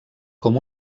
com